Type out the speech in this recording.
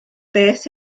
beth